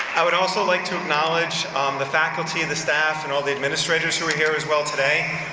i would also like to acknowledge the faculty and the staff and all the administrators who are here as well today.